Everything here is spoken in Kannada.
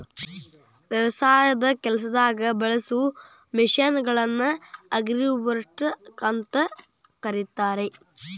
ವ್ಯವಸಾಯದ ಕೆಲಸದಾಗ ಬಳಸೋ ಮಷೇನ್ ಗಳನ್ನ ಅಗ್ರಿರೋಬೊಟ್ಸ್ ಅಂತ ಕರೇತಾರ